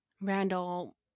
Randall